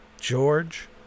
george